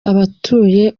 abatuye